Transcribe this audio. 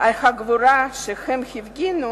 על הגבורה שהם הפגינו,